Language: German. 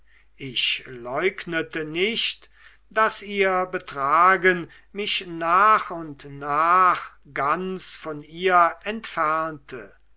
ich leugnete nicht daß ihr betragen mich nach und nach ganz von ihr entfernte